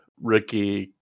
Ricky